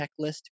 Checklist